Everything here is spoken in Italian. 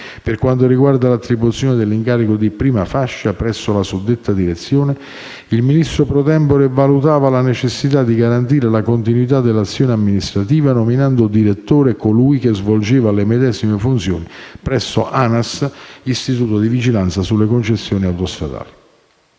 Per quanto riguarda l'attribuzione dell'incarico di prima fascia presso la suddetta direzione, il Ministro *pro tempore* valutava la necessità di garantire la continuità dell'azione amministrativa, nominando direttore colui che svolgeva le medesime funzioni presso l'ANAS, istituto di vigilanza sulle concessioni autostradali.